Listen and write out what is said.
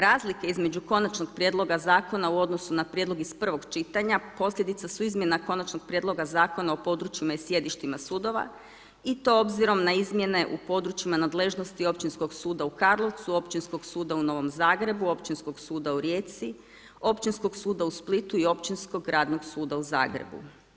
Razlike između konačnog prijedloga u odnosu na prijedlog iz prvog čitanja, posljedica su izmjena Konačnog prijedloga Zakon o područjima i sjedištima sudova i to obzirom na izmjene u područjima nadležnosti Općinskog suda u Karlovcu, Općinskog suda u Novom Zagrebu, Općinskog suda u Rijeci, Općinskog suda u Splitu i Općinskog radnog suda u Zagrebu.